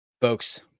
folks